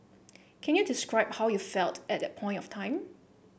can you describe how you felt at that point of time